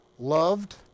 Loved